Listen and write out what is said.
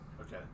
Okay